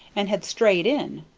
and had strayed in.